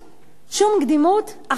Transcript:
אחר כך